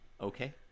Okay